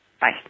bye